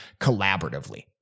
collaboratively